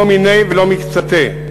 לא מיניה ולא מקצתיה.